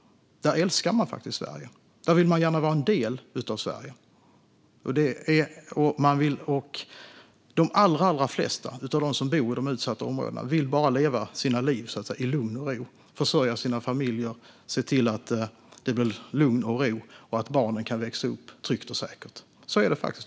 Där älskar man faktiskt Sverige och vill gärna vara en del av Sverige. De allra flesta av dem som bor i utsatta områden vill bara leva sina liv, försörja sina familjer, se till att det blir lugn och ro och att barnen ska kunna växa upp tryggt och säkert. Så är det faktiskt.